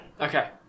Okay